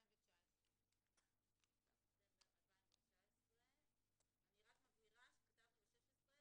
2019. אני רק מבהירה שכתבנו בסעיף 16: